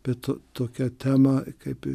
bet tokia tema kaip